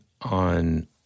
on